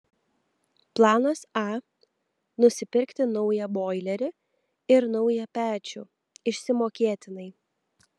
planas a nusipirkti naują boilerį ir naują pečių išsimokėtinai